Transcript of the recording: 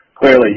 clearly